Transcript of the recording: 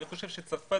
צרפת